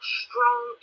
strong